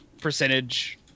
percentage